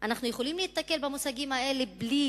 אנחנו יכולים להיתקל במושגים האלה בלי